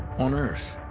on earth,